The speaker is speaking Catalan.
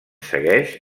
segueix